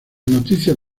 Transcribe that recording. noticias